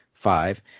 Five